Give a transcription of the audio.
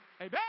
Amen